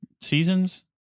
seasons